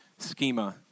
schema